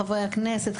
חברי הכנסת,